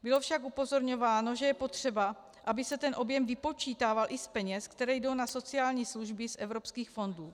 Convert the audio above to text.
Bylo však upozorňováno, že je potřeba, aby se ten objem vypočítával i z peněz, které jdou na sociální služby z evropských fondů.